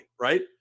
Right